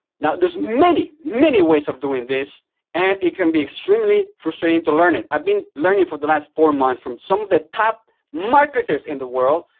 now there's many, many ways of doing this and it can be extremely frustrating to learn it. i've been learning for the last four months from some of the top marketers in the world,